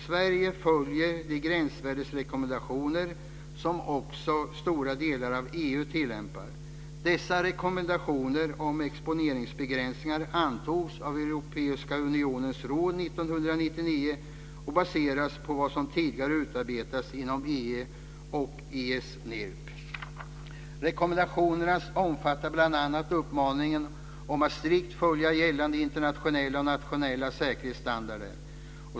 Sverige följer de gränsvärdesrekommendationer som också stora delar av EU tillämpar. Dessa rekommendationer om exponeringsbegränsningar antogs av Europeiska unionens råd 1999 och baseras på vad som tidigare har utarbetats inom EU och ICNIRP. Rekommendationerna omfattar bl.a. en uppmaning om att strikt följa gällande internationella och nationella säkerhetsstandarder.